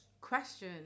question